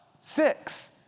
six